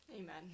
Amen